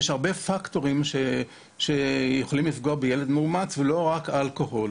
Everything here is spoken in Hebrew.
יש הרבה פקטורים שיכולים לפגוע בילד מאומץ ולא רק אלכוהול.